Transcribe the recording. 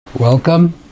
Welcome